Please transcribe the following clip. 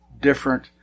different